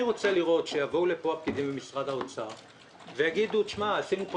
אני רוצה לראות שיבואו לפה הפקידים ממשרד האוצר ויגידו: עשינו פה